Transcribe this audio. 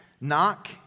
Knock